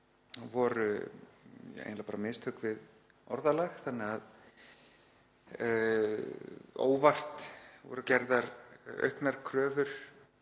voru eiginlega bara mistök við orðalag — óvart voru gerðar auknar kröfur